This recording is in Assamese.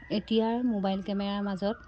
এতিয়াৰ মোবাইল কেমেৰাৰ মাজত